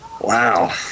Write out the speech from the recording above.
Wow